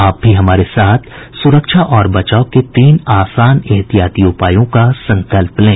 आप भी हमारे साथ सुरक्षा और बचाव के तीन आसान एहतियाती उपायों का संकल्प लें